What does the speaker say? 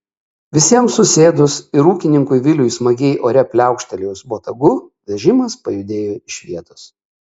visiems susėdus ir ūkininkui viliui smagiai ore pliaukštelėjus botagu vežimas pajudėjo iš vietos